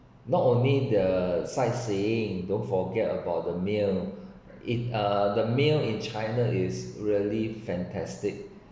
not only the sightseeing don't forget about the meal it uh the meal in china is really fantastic